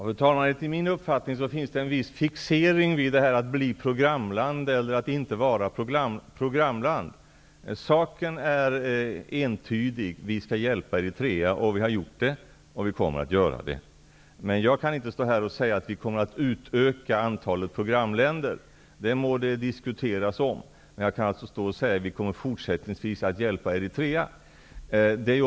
Fru talman! Enligt min uppfattning sker det en fixering vid frågan om vilka länder som skall vara programländer. Saken är entydig: Vi skall hjälpa Eritrea -- vi har gjort det, och vi kommer att göra det. Men jag kan inte stå här och säga att vi kommer att utöka antalet programländer -- det må diskuteras. Jag kan däremot säga att vi fortsättningsvis kommer att hjälpa Eritrea.